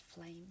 flame